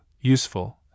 useful